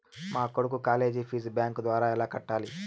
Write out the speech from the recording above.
మా కొడుకు college fees bank ద్వారా ఎలా కట్టాలి?